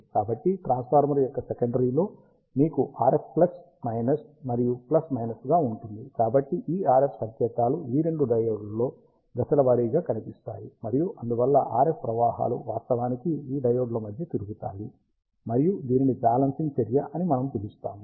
కాబట్టి ట్రాన్స్ఫార్మర్ యొక్క సెకండరీలో మీకు RF ప్లస్ మైనస్ మరియు ప్లస్ మైనస్ గా ఉంటుంది కాబట్టి ఈ RF సంకేతాలు రెండూ ఈ డయోడ్లలో దశలవారీగా కనిపిస్తాయి మరియు అందువల్ల RF ప్రవాహాలు వాస్తవానికి ఈ డయోడ్ల మధ్య తిరుగుతాయి మరియు దీనిని బ్యాలెన్సింగ్ చర్య అని మనము పిలుస్తాము